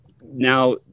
now